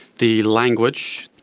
the language,